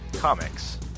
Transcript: Comics